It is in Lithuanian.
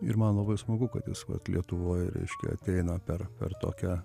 ir man labai smagu kad jis vat lietuvoj reiškia ateina per per tokią